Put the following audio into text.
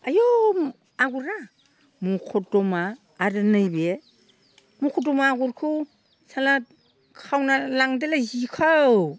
आयु आगरा मखरदमा आरो नैबेयो मखरदमा आगरखौ साला खावना लांदोलै जिखौ